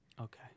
Okay